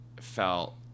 felt